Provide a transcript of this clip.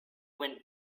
went